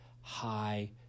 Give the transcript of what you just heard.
high